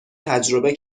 تجربه